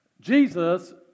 Jesus